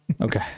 Okay